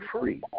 free